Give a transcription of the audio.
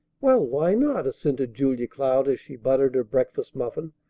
well, why not? assented julia cloud as she buttered her breakfast muffin.